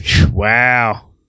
Wow